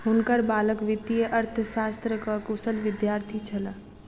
हुनकर बालक वित्तीय अर्थशास्त्रक कुशल विद्यार्थी छलाह